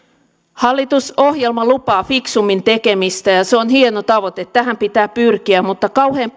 hallitusohjelma lupaa fiksummin tekemistä ja ja se on hieno tavoite tähän pitää pyrkiä mutta kauhean